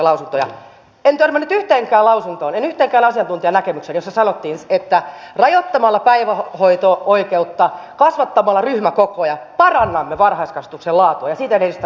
en törmännyt yhteenkään lausuntoon en yhteenkään asiantuntijanäkemykseen jossa sanottiin että rajoittamalla päivähoito oikeutta kasvattamalla ryhmäkokoja parannamme varhaiskasvatuksen laatua ja sillä edistämme lasten oikeutta